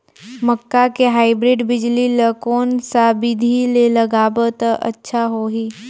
मक्का के हाईब्रिड बिजली ल कोन सा बिधी ले लगाबो त अच्छा होहि?